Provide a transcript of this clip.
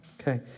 Okay